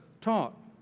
taught